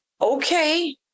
okay